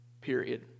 period